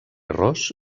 ros